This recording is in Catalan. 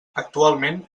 actualment